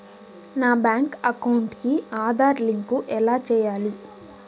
నా bank account కి Aadhaar link ఎలా సేయాలి